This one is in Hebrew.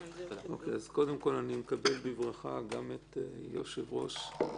קודם כל אני מקדם בברכה גם את יושב-ראש החטיבה